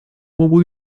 membres